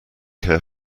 care